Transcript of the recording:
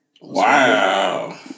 Wow